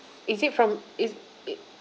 is it from is it